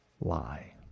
lie